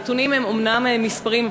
הנתונים הם אומנם מספרים,